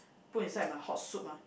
put inside my hot soup ah